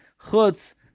Chutz